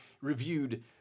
reviewed